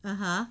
(uh huh)